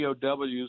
POWs